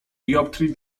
dioptrii